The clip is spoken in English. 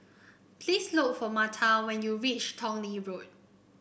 please look for Marta when you reach Tong Lee Road